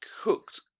cooked